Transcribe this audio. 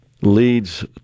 leads